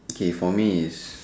okay for me is